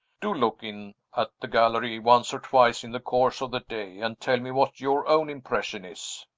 do look in at the gallery once or twice in the course of the day, and tell me what your own impression is.